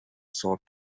sought